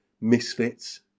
misfits